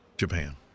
Japan